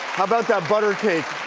how about that butter cake?